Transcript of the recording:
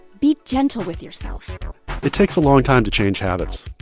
be gentle with yourself it takes a long time to change habits.